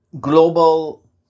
global